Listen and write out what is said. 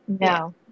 No